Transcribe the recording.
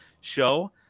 show